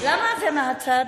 למה זה מהצד?